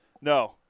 No